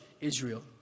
Israel